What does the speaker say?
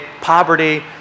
poverty